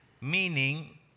meaning